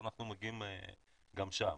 גם שם,